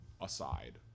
Aside